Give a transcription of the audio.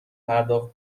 پرداخت